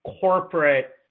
corporate